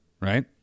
Right